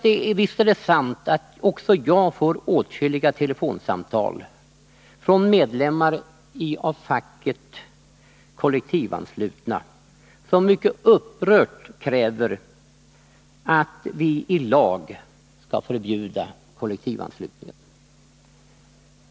Det är sant att också jag får åtskilliga telefonsamtal från av facket kollektivanslutna medlemmar, som mycket upprört kräver att vi i lag skall förbjuda kollektivanslutningen.